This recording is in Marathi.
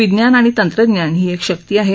विज्ञान आणि तंत्रज्ञान ही एक शक्ती आहे